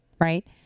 right